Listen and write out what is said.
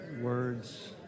words